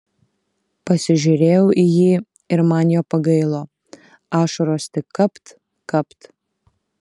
pasižiūrėjau į jį ir man jo pagailo ašaros tik kapt kapt